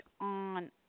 on